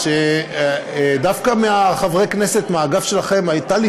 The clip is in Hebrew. אני זוכר שדווקא מחברי הכנסת מהאגף שלכם הייתה לי